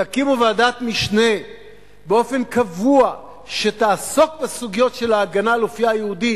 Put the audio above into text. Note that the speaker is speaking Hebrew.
תקימו ועדת משנה שתעסוק באופן קבוע בסוגיות של ההגנה על אופיה היהודי,